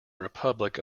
republic